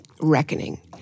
reckoning